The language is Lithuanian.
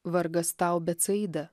vargas tau betsaida